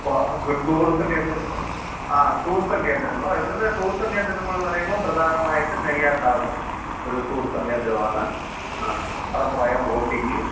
tourism കേന്ദ്രം ആ tourism കേന്ദ്രങ്ങളോ ഇവിടുന്ന് ടൂറിസം കേന്ദ്രങ്ങളെന്നു പറയുമ്പോള് പ്രധാനമായിട്ട് നെയ്യാർ ഡാം ഒരു ടൂറിസം കേന്ദ്രമാണ് ആ അവിടെ പോയാല് ബോട്ടിങ്